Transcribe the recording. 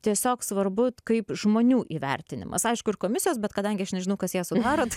tiesiog svarbu kaip žmonių įvertinimas aišku ir komisijos bet kadangi aš nežinau kas ją sudaro tai